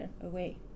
away